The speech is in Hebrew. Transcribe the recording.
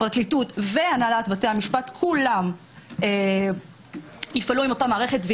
הפרקליטות והנהלת בתי המשפט כולם יפעלו עם אותה מערכת.